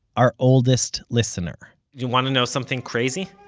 our oldest listener you want to know something crazy?